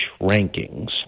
rankings